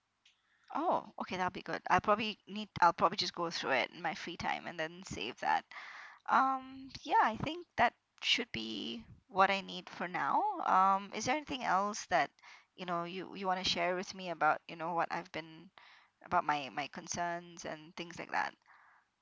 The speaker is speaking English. oh okay that would be good I probably need I'll probably just go through it in my free time and then save that um ya I think that should be what I need for now um is there anything else that you know you you wanna share with me about you know what I've been about my my concerns and things that